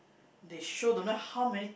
they show don't know how many